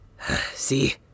See